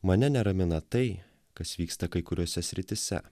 mane neramina tai kas vyksta kai kuriose srityse